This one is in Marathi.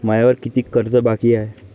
मायावर कितीक कर्ज बाकी हाय?